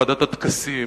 ועדת הטקסים,